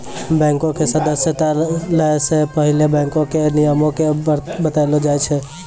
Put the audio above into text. बैंको के सदस्यता लै से पहिले बैंको के नियमो के बतैलो जाय छै